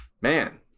man